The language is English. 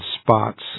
spots